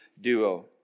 duo